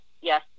yes